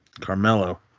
Carmelo